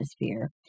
atmosphere